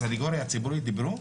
הסנגוריה הציבורית דיברו?